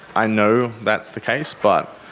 i know that's the case but,